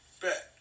Bet